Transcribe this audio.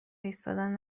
ایستادن